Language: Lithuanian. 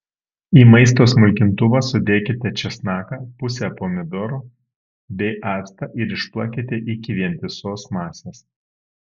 į maisto smulkintuvą sudėkite česnaką pusę pomidorų bei actą ir išplakite iki vientisos masės